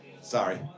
Sorry